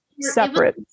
separate